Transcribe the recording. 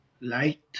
Light